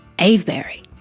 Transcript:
Avebury